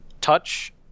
touch